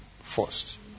first